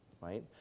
right